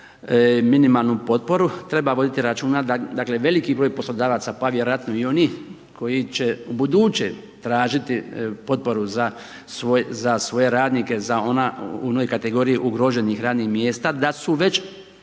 minimalnu potporu treba voditi računa dakle, veliki broj poslodavaca, pa vjerojatno i onih koji će ubuduće tražiti potporu za svoje radnike, za one kategorije ugroženih radnih mjesta, da su već